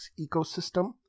ecosystem